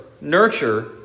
nurture